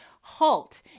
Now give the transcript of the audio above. halt